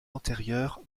antérieures